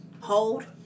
hold